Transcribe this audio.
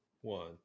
one